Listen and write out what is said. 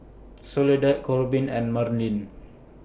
Soledad Korbin and Marlin